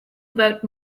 about